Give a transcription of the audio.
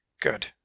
good